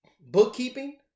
bookkeeping